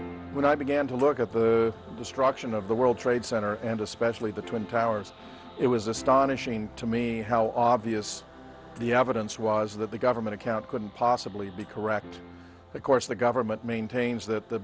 all when i began to look at the destruction of the world trade center and especially the twin towers it was astonishing to me how obvious the evidence was that the government account couldn't possibly be correct of course the government maintains that the